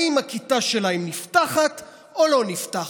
אם הכיתה שלהם נפתחת או לא נפתחת,